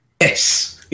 Yes